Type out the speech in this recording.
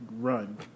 run